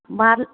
ਬਾਹਰ